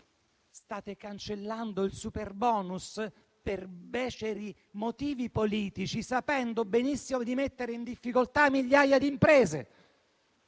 State cancellando il superbonus per beceri motivi politici, sapendo benissimo di mettere in difficoltà migliaia di imprese.